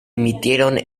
emitieron